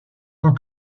tant